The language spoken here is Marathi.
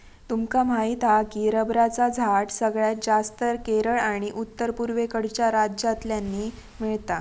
तुमका माहीत हा की रबरचा झाड सगळ्यात जास्तं केरळ आणि उत्तर पुर्वेकडच्या राज्यांतल्यानी मिळता